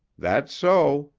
that's so,